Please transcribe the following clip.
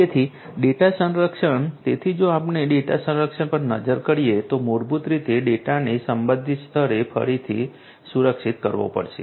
તેથી ડેટા સંરક્ષણ તેથી જો આપણે ડેટા સંરક્ષણ પર નજર કરીએ તો મૂળભૂત રીતે ડેટાને સંબંધિત સ્તરે ફરીથી સુરક્ષિત કરવો પડશે